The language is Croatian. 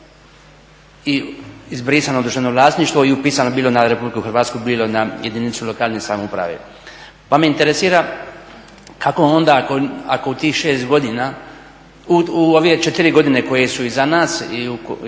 se ne razumije./… vlasništvo i upisano bilo na Republiku Hrvatsku, bilo na jedinicu lokalne samouprave. Pa me interesira kako onda ako u tih 6 godina, u ove 4 godine koje su iza nas i u